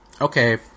okay